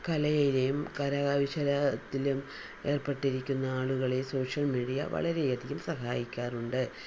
കലയിലെയും കരകൗശലത്തിലും ഏർപ്പെട്ടിരിക്കുന്ന ആളുകളെ സോഷ്യൽ മീഡിയ വളരെയധികം സഹായിക്കാറുണ്ട്